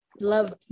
love